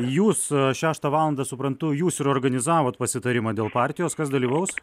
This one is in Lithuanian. jūs šeštą valandą suprantu jūs ir organizavot pasitarimą dėl partijos kas dalyvaus